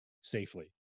safely